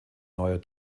neuer